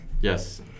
Yes